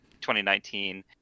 2019